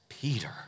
Peter